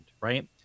right